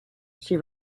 she